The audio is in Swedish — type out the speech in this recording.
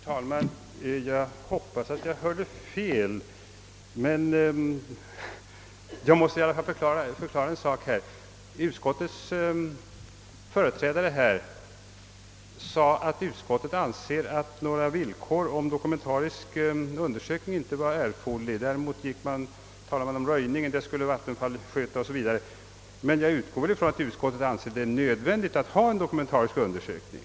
Herr talman! Jag hoppas att jag hörde fel. Hur som helst måste jag anhålla om en förklaring. Utskottets företrädare sade att utskottet inte anser att några villkor om dokumentarisk undersökning är erforderliga. Däremot skall vattenfallsstyrelsen sköta om röjning och liknande. Jag utgår emellertid ifrån att utskottet finner det nödvändigt med en dokumentarisk undersökning.